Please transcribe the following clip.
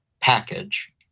package